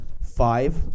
Five